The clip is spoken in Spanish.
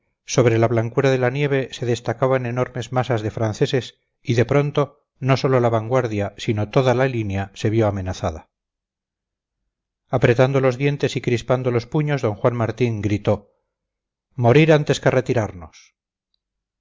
sobre la blancura de la nieve se destacaban enormes masas de franceses y de pronto no sólo la vanguardia sino toda la línea se vio amenazada apretando los dientes y crispando los puños d juan martín gritó morir antes que retirarnos